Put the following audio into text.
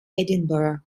edinburgh